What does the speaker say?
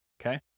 okay